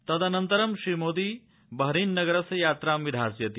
तदनन्तरं श्रीमोदी बहरीनस्य यात्रां विधास्यति